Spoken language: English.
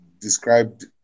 described